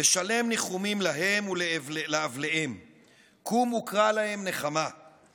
ושלם ניחומים להם / ולאבליהם / קום וקרא להם נחמה /